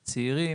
צעירים,